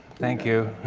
thank you.